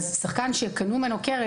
שחקן שקנו ממנו קרן,